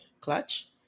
clutch